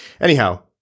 Anyhow